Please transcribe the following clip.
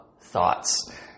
thoughts